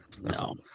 No